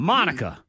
Monica